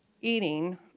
eating